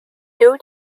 due